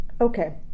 Okay